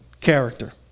Character